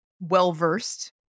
well-versed